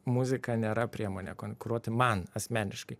muzika nėra priemonė konkuruoti man asmeniškai